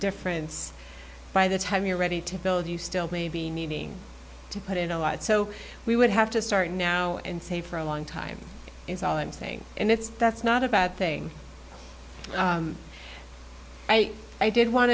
difference by the time you're ready to build you still may be needing to put in a lot so we would have to start now and say for a long time in silence thing and it's that's not a bad thing i did want